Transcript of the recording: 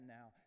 now